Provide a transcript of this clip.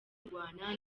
kurwana